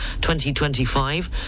2025